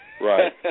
Right